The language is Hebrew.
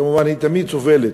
כמובן היא תמיד סובלת,